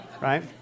Right